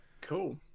cool